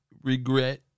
regret